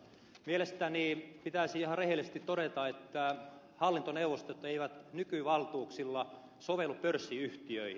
mielestäni pitäisi ihan rehellisesti todeta että hallintoneuvostot eivät nykyvaltuuksilla sovellu pörssiyhtiöihin